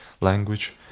language